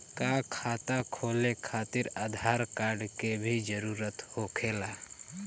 का खाता खोले खातिर आधार कार्ड के भी जरूरत होखेला?